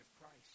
Christ